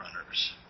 runners